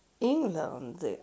England